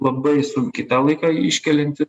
labai sunki tą laiką iškelianti